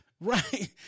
Right